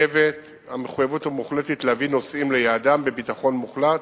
המחויבות המוחלטת להביא נוסעים ליעדם בביטחון מוחלט,